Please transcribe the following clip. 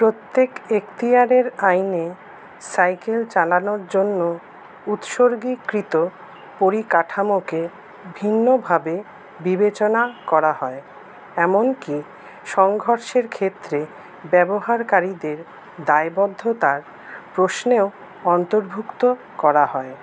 প্রত্যেক এক্তিয়ারের আইনে সাইকেল চালানোর জন্য উৎসর্গীকৃত পরিকাঠামোকে ভিন্নভাবে বিবেচনা করা হয় এমন কি সংঘর্ষের ক্ষেত্রে ব্যবহারকারীদের দায়বদ্ধতার প্রশ্নেও অন্তর্ভুক্ত করা হয়